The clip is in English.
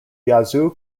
yazoo